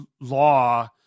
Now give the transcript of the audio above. law